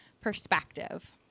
perspective